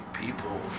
people